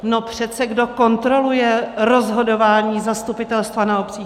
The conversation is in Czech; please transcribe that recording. No přece kdo kontroluje rozhodování zastupitelstva na obcích?